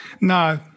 No